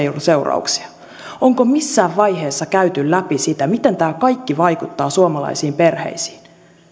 seurauksia onko missään vaiheessa käyty läpi sitä miten tämä kaikki vaikuttaa suomalaisiin perheisiin